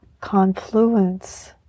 confluence